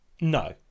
No